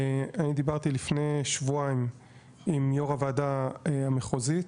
אני דיברתי לפני שבועיים עם יו"ר הוועדה המחוזית,